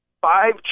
five